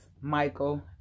Michael